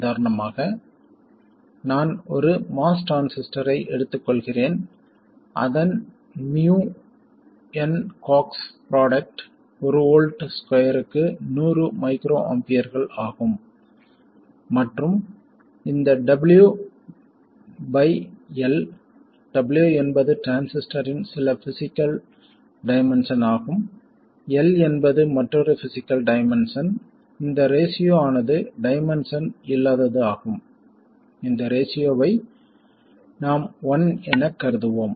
உதாரணமாக நான் ஒரு MOS டிரான்சிஸ்டரை எடுத்துக்கொள்கிறேன் அதன் mu n C ox product ஒரு வோல்ட் ஸ்கொயர்க்கு நூறு மைக்ரோஆம்பியர்கள் ஆகும் மற்றும் இந்த W பை L W என்பது டிரான்சிஸ்டரின் சில பிஸிக்கல் டைமென்ஷன் ஆகும் L என்பது மற்றொரு பிஸிக்கல் டைமென்ஷன் இந்த ரேஷியோ ஆனது டைமென்ஷன் இல்லாதது ஆகும் இந்த ரேஷியோவை நாம் 1 எனக் கருதுவோம்